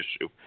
issue